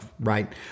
right